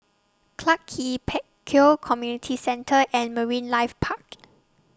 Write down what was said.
Clarke Quay Pek Kio Community Centre and Marine Life Park